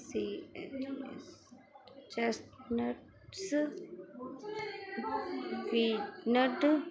chestnuts peanut